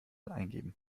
eingeben